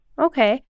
Okay